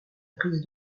prise